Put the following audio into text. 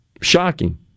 Shocking